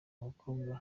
umukobwa